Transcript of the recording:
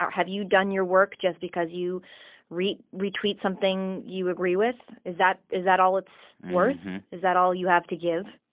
um have you done your work just because you retweet retweet something you agree with? is that is that all it's worth? is that all you have to give?